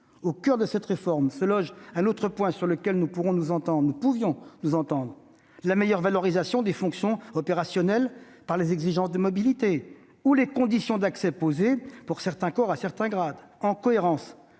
Au coeur de cette réforme se loge un autre point sur lequel nous pouvions nous entendre : la meilleure valorisation des fonctions opérationnelles, par les exigences de mobilité, et les conditions d'accès posées pour certains corps et certains grades- en cohérence